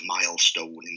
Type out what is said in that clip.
milestone